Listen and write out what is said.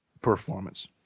performance